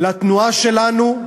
לתנועה שלנו,